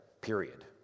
period